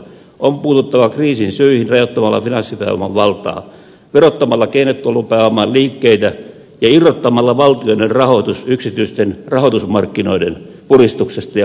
on puututtava kriisin syitä ja tuolla minä sitä syihin rajoittamalla finanssipääoman valtaa verottamalla keinottelupääoman liikkeitä ja irrottamalla valtiollinen rahoitus yksityisten rahoitusmarkkinoiden puristuksesta ja hallinnasta